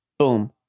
Boom